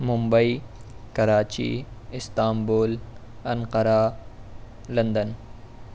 Mumbai Karachi Istanbul Ankara London